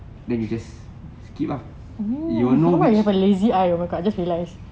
then you just skip ah you will know which